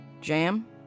Jam